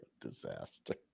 disaster